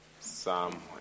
Psalm